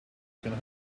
can